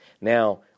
Now